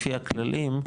לפי הכללים,